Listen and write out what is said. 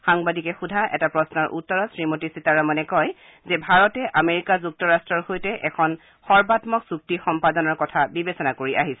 সাংবাদিকে সোধা এটা প্ৰশ্নৰ উত্তৰত শ্ৰীমতী সীতাৰামনে কয় যে ভাৰতে আমেৰিকা যুক্তৰট্টৰ সৈতে এখন সৰ্বামক চুক্তি সম্পাদনৰ কথা বিবেচনা কৰি আহিছে